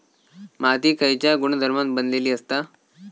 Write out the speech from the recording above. माती खयच्या गुणधर्मान बनलेली असता?